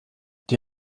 die